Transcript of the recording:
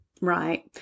Right